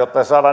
jotta se saadaan